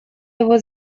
его